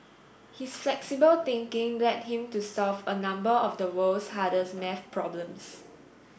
his flexible thinking led him to solve a number of the world's hardest maths problems